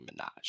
Minaj